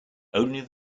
only